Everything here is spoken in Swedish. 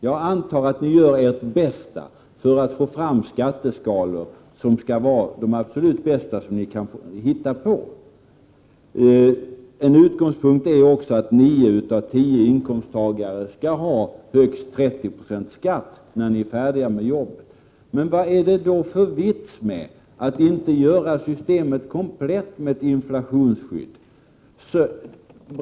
Jag antar att ni där gör ert bästa för att få fram skatteskalor som är så bra som möjligt. En utgångpunkt är att nio av tio inkomsttagare skall ha högst 30 26 marginalskatt när inkomstskatteutredningen är färdig med sitt arbete. Vad är det då för vits med att inte göra systemet komplett med ett inflationsskydd?